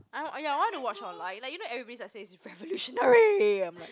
I ya I ya want to watch online like you know everybody is like says it's revolutionary